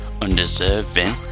undeserving